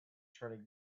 turning